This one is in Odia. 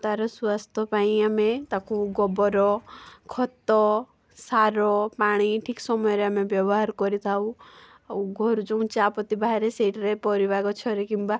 ତା'ର ସ୍ୱାସ୍ଥ୍ୟ ପାଇଁ ଆମେ ତାକୁ ଗୋବର ଖତ ସାର ପାଣି ଠିକ୍ ସମୟରେ ଆମେ ବ୍ୟବହାର କରିଥାଉ ଆଉ ଘରୁ ଯେଉଁ ଚା ପତି ବାହାରେ ସେଇଠାରେ ପରିବା ଗଛରେ କିମ୍ବା